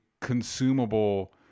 consumable